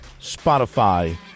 Spotify